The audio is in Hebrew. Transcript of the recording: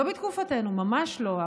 לא בתקופתנו, ממש לא.